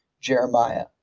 Jeremiah